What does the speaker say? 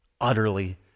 utterly